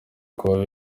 kuba